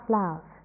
love